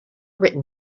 written